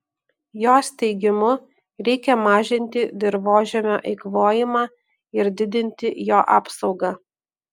jos teigimu reikia mažinti dirvožemio eikvojimą ir didinti jo apsaugą